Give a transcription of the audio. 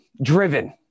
driven